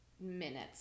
minutes